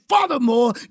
furthermore